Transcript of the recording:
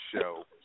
show